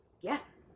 Yes